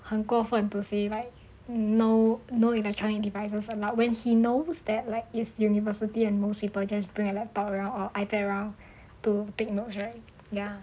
很过分 to say like no no electronic devices allowed when he knows that like it's university and most people just bring a laptop around or Ipad to take notes right ya